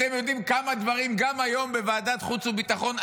אתם יודעים כמה דברים גם היום בוועדת חוץ וביטחון,